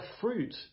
fruit